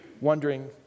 Wondering